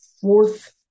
fourth